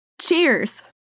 Cheers